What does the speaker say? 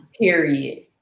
period